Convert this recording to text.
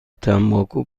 تنباکو